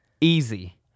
Easy